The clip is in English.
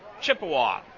Chippewa